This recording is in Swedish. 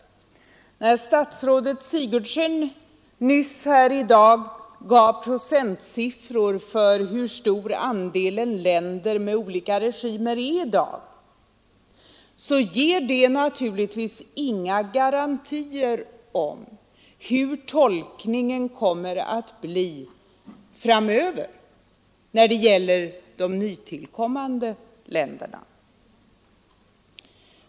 Eftersom statsrådet Sigurdsen nyss angav procentsiffror för hur stor andelen länder med olika regimer är i dag vill jag säga att det naturligtvis inte ger några garantier för hur tolkningen kommer att bli framöver när det gäller de nytillkommande länderna.